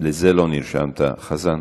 לזה לא נרשמת, חזן.